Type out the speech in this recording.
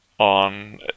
on